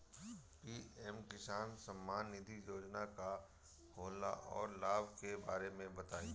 PM Kisan Samman Nidhi योजना का होला औरो लाभ के बारे में बताई?